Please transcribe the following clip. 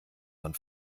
man